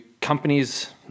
companies